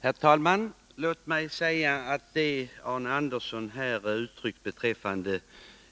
Herr talman! Låt mig säga att det som Arne Andersson i Ljung här har Onsdagen den uttryckt beträffande